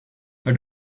her